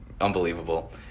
unbelievable